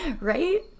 Right